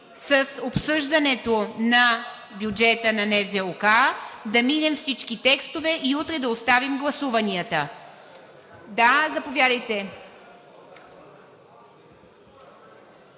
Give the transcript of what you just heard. с обсъждането на бюджета на НЗОК, да минем всички текстове и утре да оставим гласуванията. (Шум